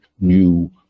new